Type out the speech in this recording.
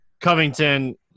Covington